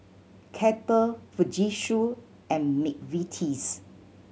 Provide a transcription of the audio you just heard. Kettle Fujitsu and McVitie's